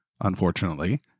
unfortunately